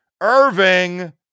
Irving